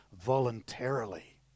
voluntarily